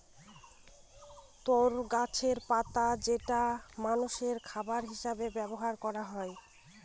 তরো গাছের পাতা যেটা মানষের খাবার হিসেবে ব্যবহার করা হয়